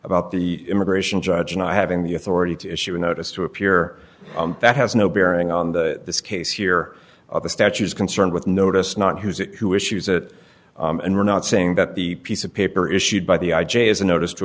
about the immigration judge and i having the authority to issue a notice to appear that has no bearing on the this case here of the statues concerned with notice not who's it who issues it and we're not saying that the piece of paper issued by the i j a is a notice to